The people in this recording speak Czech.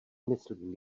myslím